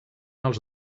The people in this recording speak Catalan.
els